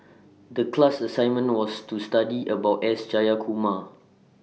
The class assignment was to study about S Jayakumar